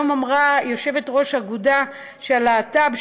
היום אמרה יושבת-ראש האגודה של הלהט"ב,